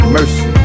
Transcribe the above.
Mercy